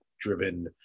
driven